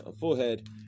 forehead